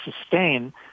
sustain